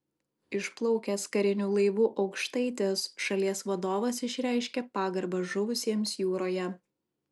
išplaukęs kariniu laivu aukštaitis šalies vadovas išreiškė pagarbą žuvusiems jūroje